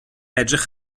edrych